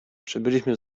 przybyliśmy